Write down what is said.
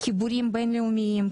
חיבורים בינלאומיים,